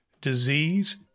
disease